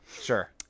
Sure